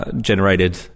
generated